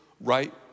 right